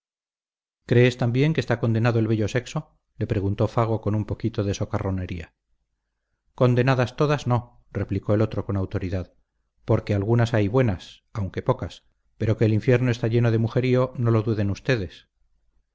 crees también que está condenado el bello sexo le preguntó fago con un poquito de socarronería condenadas todas no replicó el otro con autoridad porque algunas hay buenas aunque pocas pero que el infierno está lleno de mujerío no lo duden ustedes